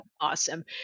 Awesome